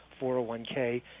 401k